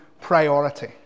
priority